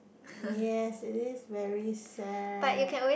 yes it is very sad